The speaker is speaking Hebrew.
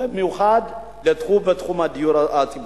במיוחד בתחום הדיור הציבורי.